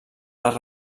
les